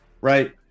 right